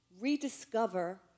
rediscover